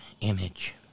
image